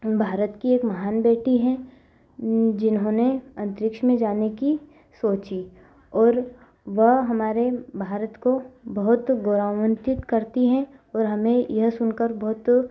भारत की एक महान बेटी हैं जिन्होंने अंतरिक्ष में जाने की सोची और वह हमारे भारत को बहुत गोरवंतित करती हैं और हमें यह सुनकर बहुत